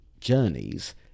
journeys